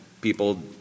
people